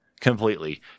completely